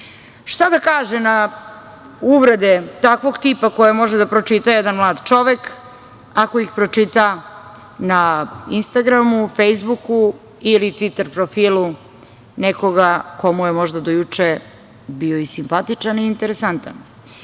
da kaže na uvrede takvog tipa koje može da pročita jedan mlad čovek, ako ih pročita na Instagramu, Fejsbuku ili Tviter profilu nekoga ko mu je možda do juče bio i simpatičan i interesantan?